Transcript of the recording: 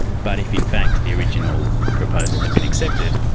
but if in fact the original proposal had been accepted,